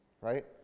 right